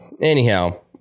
Anyhow